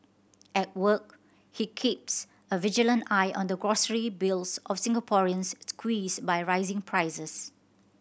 at work he keeps a vigilant eye on the grocery bills of Singaporeans squeezed by rising prices